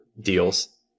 deals